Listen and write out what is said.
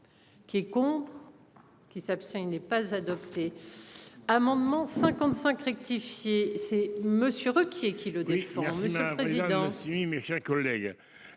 Qui est contre. Qui s'abstient. Il n'est pas adopté. Amendement 55 rectifié c'est Monsieur Ruquier qui le dit.